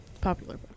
Popular